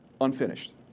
unfinished